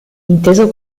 inteso